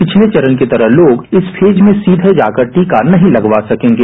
पिछले चरण की तरह लोग फेज में जाकर टीका नहीं लगावा सकेंगे